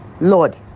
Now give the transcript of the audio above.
Lord